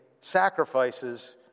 sacrifices